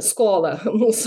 skolą mūsų